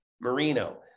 Marino